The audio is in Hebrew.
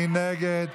מי נגד?